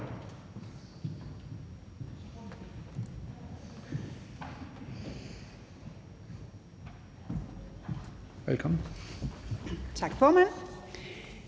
velkommen. Tak for